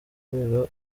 kubera